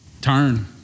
turn